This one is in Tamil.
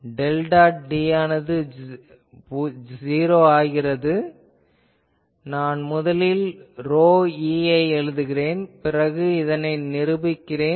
டெல் டாட் D ஆனது பூஜ்யமாகிறது நான் முதலில் ρe ஐ எழுதுகிறேன் பிறகு இதனை நிருபிக்கிறேன்